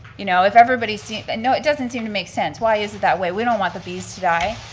you know? if everybody seen, but and no, it doesn't seem to make sense, why is it that way? we don't want the bees to die.